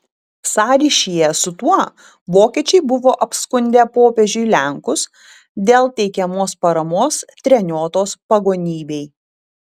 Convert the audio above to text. sąryšyje su tuo vokiečiai buvo apskundę popiežiui lenkus dėl teikiamos paramos treniotos pagonybei